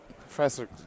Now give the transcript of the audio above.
Professor